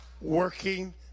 working